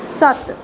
ਸੱਤ